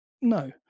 No